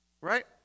right